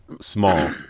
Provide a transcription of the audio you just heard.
small